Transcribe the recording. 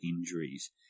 injuries